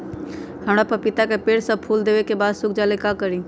हमरा पतिता के पेड़ सब फुल देबे के बाद सुख जाले का करी?